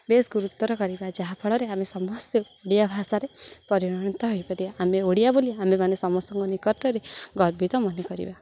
ବେଶ ଗୁରୁତର କରିବା ଯାହାଫଳରେ ଆମେ ସମସ୍ତେ ଓଡ଼ିଆ ଭାଷାରେ ପରିଗଣିତ ହେଇପାରିବା ଆମେ ଓଡ଼ିଆ ବୋଲି ଆମେମାନେ ସମସ୍ତଙ୍କ ନିକଟରେ ଗର୍ବିତ ମନେକରିବା